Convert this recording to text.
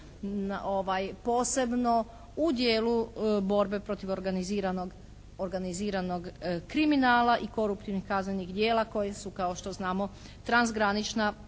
posebno u dijelu borbe protiv organiziranog kriminala i koruptivnih kaznenih djela koje su kao što znamo transgranična